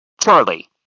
Charlie